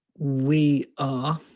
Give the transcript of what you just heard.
we ah